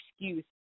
excuse